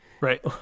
right